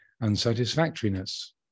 unsatisfactoriness